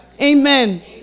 Amen